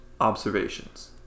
observations